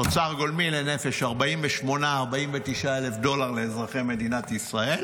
תוצר גולמי לנפש: 49,000-48,000 דולר לאזרחי מדינת ישראל,